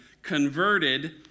converted